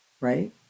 right